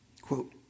Quote